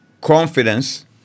confidence